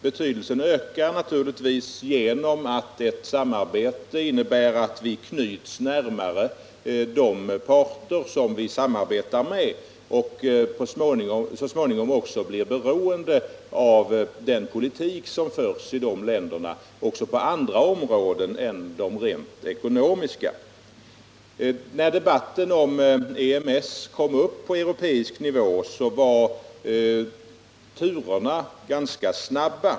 Betydelsen ökar naturligtvis genom att ett samarbete innebär att vi knyts närmare de parter vi samarbetar med och att vi så småningom blir beroende av den politik som förs i dessa länder också på andra områden än de rent ekonomiska. När debatten om EMS kom upp på europeisk nivå var turerna ganska snabba.